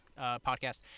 Podcast